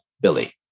Billy